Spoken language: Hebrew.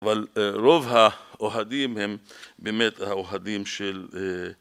אבל רוב האוהדים הם באמת האוהדים של